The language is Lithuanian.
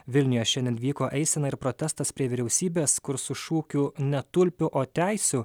vilniuje šiandien vyko eisena ir protestas prie vyriausybės kur su šūkiu ne tulpių o teisių